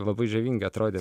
labai žavingai atrodė